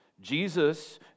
Jesus